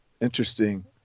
Interesting